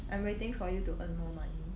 I'm waiting for you to earn more money